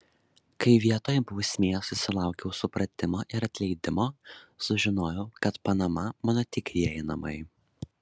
kai vietoj bausmės susilaukiau supratimo ir atleidimo sužinojau kad panama mano tikrieji namai